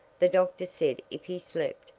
the doctor said if he slept,